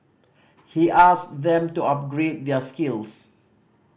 he asked them to upgrade their skills